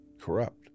corrupt